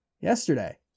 yesterday